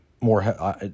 more